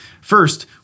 First